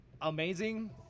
amazing